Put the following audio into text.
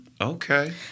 Okay